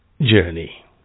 journey